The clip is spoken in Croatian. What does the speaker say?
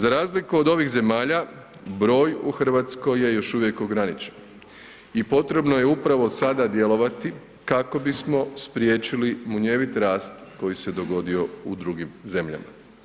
Za razliku od ovih zemalja broj u Hrvatskoj je još uvijek ograničen i potrebno je upravo sada djelovati kako bismo spriječili munjevit rast koji se dogodio u drugim zemljama.